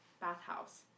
bathhouse